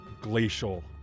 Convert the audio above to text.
glacial